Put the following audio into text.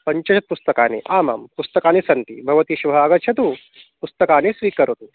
पञ्चाशत् पुस्तकानि आमां पुस्तकानि सन्ति भवती श्वः आगच्छतु पुस्तकानि स्वीकरोतु